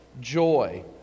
joy